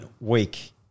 week